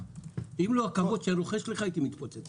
אם לא הכבוד שאני רוכש לך, הייתי מתפוצץ עכשיו.